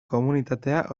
komunitatea